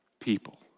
people